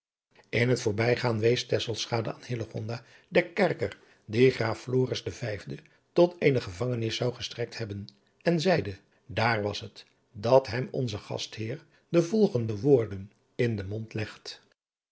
den kerker die graaf floris de vijfde tot eene gevangehis zou gestrekt hebben en zeide daar was het dat hem onze gastheer de volgende woorden in den mond legt